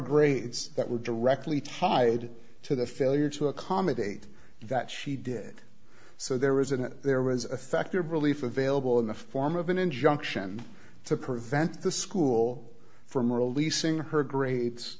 grades that would directly tied to the failure to accommodate that she did so there was an there was a factor of relief available in the form of an injunction to prevent the school ready from releasing her grades